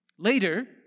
Later